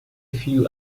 few